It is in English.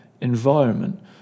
environment